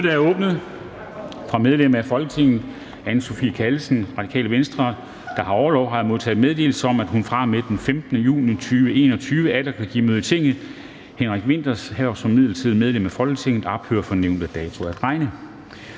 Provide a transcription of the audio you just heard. Mødet er åbnet. Fra medlem af Folketinget Anne Sophie Callesen, Radikale Venstre, der har orlov, har jeg modtaget meddelelse om, at hun fra og med den 15. juni 2021 atter kan give møde i Tinget. Henrik Vinthers hverv som midlertidigt medlem af Folketinget ophører fra nævnte dato at regne.